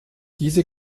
diese